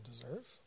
deserve